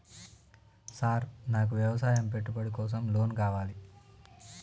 Sir నాకు వ్యవసాయ పెట్టుబడి కోసం లోన్ కావాలి?